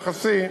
יחסי,